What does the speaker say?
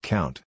Count